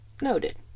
Noted